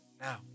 now